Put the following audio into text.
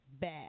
bad